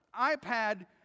ipad